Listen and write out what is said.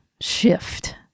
shift